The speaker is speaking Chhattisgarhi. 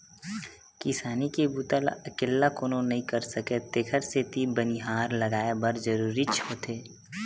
किसानी के बूता ल अकेल्ला कोनो नइ कर सकय तेखर सेती बनिहार लगये बर जरूरीच होथे